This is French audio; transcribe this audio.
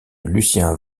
lucien